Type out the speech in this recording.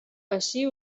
així